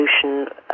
pollution